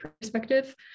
perspective